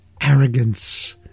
Arrogance